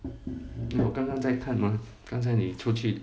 我刚刚在看吗刚才你出去